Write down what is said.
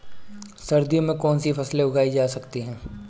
सर्दियों में कौनसी फसलें उगाई जा सकती हैं?